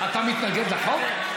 אתה מתנגד לחוק?